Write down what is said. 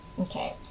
Okay